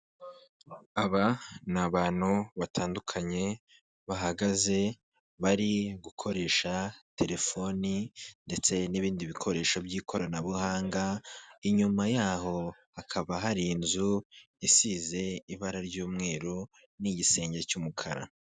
Aba ni abantu batandukanye bahagaze bari gukoresha telefone, ndetse n'ibindi bikoresho by'ikoranabuhanga, inyuma yaho hakaba hari inzu isize ibara ry'umweru, n'igisenge cy'umukara.